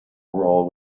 role